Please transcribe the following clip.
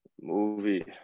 movie